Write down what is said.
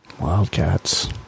Wildcats